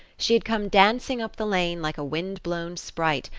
she had come dancing up the lane, like a wind-blown sprite,